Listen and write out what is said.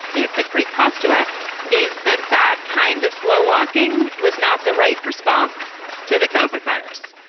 if at great cost to us is that that kind of slow walking was not the right response to the covert virus,